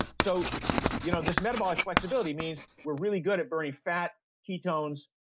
so you know this metabolic flexibility means we're really good at burning fat, ketones,